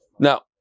Now